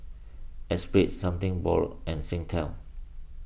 Espirit Something Borrowed and Singtel